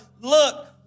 look